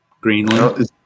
Greenland